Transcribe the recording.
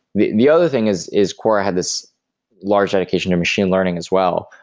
the the other thing is is quora had this large authentication of machine learning as well.